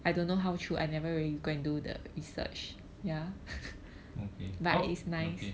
okay okay